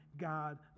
God